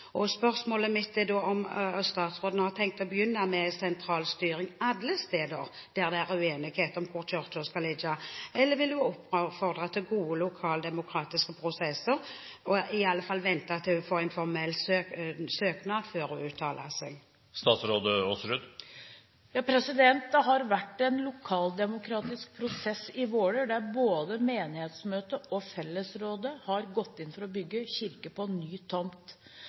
Spørsmålet mitt er da om statsråden har tenkt å begynne med sentralstyring alle steder der det er uenighet om hvor kirken skal ligge, eller vil hun oppfordre til gode lokaldemokratiske prosesser og i alle fall vente til hun får en formell søknad før hun uttaler seg? Det har vært en lokaldemokratisk prosess i Våler der både menighetsmøtet og fellesrådet har gått inn for å bygge kirke på ny tomt.